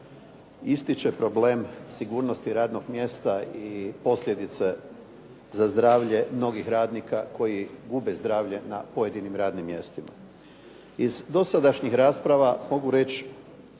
ističe problem sigurnosti radnog mjesta i posljedice za zdravlje mnogih radnika koji gube zdravlje na pojedinim radnim mjestima. Iz dosadašnjih rasprava mogu reći,